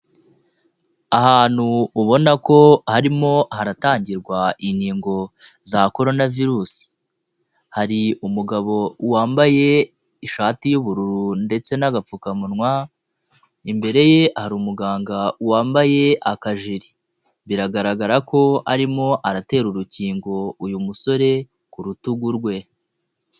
Ahantu ubona ko harimo haratangirwa inkingo za coronavirus, hari umugabo wambaye ishati y'ubururu ndetse n'agapfukamunwa; imbere ye hari umuganga wambaye akajiri. Biragaragara ko arimo aratera urukingo uyu musore ku rutugu rwe.